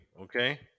okay